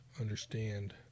understand